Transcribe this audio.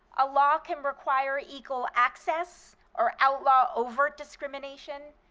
a law can require equal access or outlaw overt discrimination,